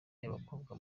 y’abakobwa